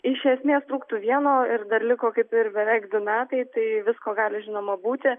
iš esmės trūktų vieno ir dar liko kaip ir beveik du metai tai visko gali žinoma būti